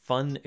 Fun